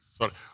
Sorry